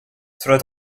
cela